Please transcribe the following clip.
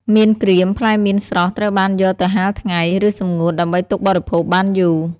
មៀនក្រៀម ផ្លែមៀនស្រស់ត្រូវបានយកទៅហាលថ្ងៃ ឬសម្ងួតដើម្បីទុកបរិភោគបានយូរ។